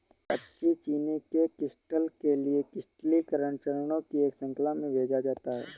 कच्ची चीनी के क्रिस्टल के लिए क्रिस्टलीकरण चरणों की एक श्रृंखला में भेजा जाता है